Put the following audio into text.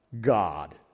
God